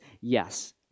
yes